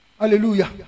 hallelujah